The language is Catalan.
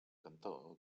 cantó